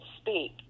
speak